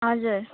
हजुर